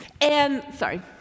and—sorry